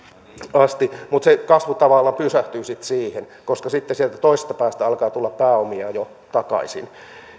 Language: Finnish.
asti mutta se kasvu tavallaan pysähtyy sitten siihen koska sitten sieltä toisesta päästä alkaa tulla pääomia jo jo takaisin